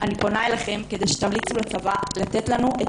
אני פונה אליכם כדי שתמליצו לצבא לתת לנו את